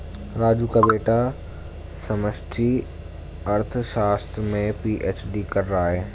राजू का बेटा समष्टि अर्थशास्त्र में पी.एच.डी कर रहा है